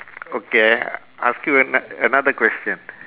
okay ask you ano~ another question